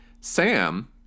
Sam